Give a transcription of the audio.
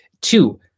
Two